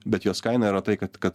bet jos kaina yra tai kad kad